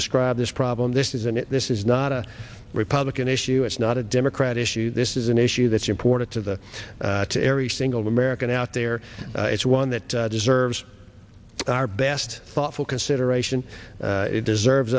describe this problem this isn't it this is not a republican issue it's not a democrat issue this is an issue that's important to the to every single american out there it's one that deserves our best thoughtful consideration it deserves